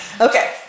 Okay